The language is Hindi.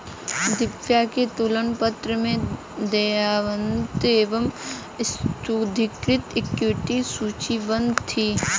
दिव्या के तुलन पत्र में देयताएं एवं स्वाधिकृत इक्विटी सूचीबद्ध थी